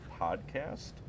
podcast